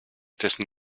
dessen